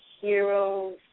heroes